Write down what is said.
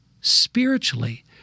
spiritually